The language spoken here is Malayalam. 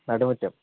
നടുമുറ്റം